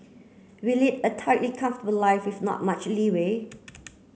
we lead a tightly comfortable life with not much leeway